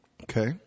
Okay